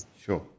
sure